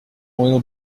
will